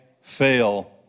fail